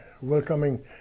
welcoming